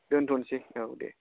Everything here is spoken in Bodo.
दोनथ'नोसै औ दे